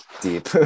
Deep